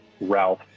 Ralph